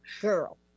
girl